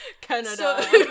Canada